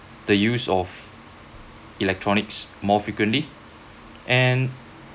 the use of electronics more frequently and